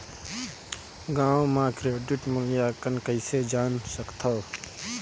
गांव म क्रेडिट मूल्यांकन कइसे जान सकथव?